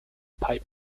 pipe